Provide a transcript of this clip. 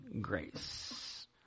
grace